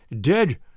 Dead